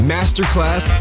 Masterclass